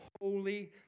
holy